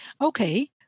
Okay